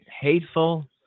hateful